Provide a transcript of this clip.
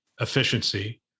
efficiency